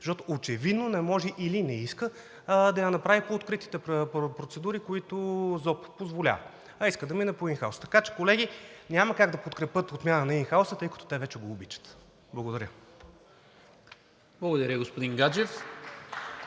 защото очевидно не може или не иска да я направи по откритите процедури, които ЗОП позволява, а иска да мине по ин хаус. Така че, колеги, няма как да подкрепят отмяна на ин хаус, тъй като те вече го обичат. Благодаря. (Ръкопляскания от